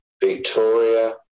Victoria